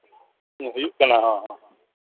ᱦᱩᱭᱩᱜ ᱠᱟᱱᱟ ᱦᱮᱸ ᱦᱮᱸ